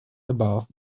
about